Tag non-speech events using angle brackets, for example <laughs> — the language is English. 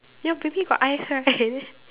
your baby got eyes right <laughs>